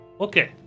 Okay